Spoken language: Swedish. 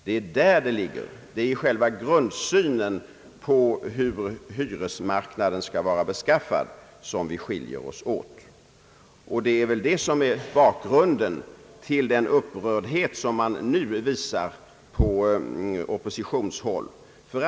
Det är i fråga om själva grundsynen på hur hyresmarknaden skall vara beskaffad, som vi skiljer oss åt. Det är väl bakgrunden till den upprördhet som oppositionen nu visar.